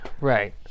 Right